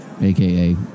aka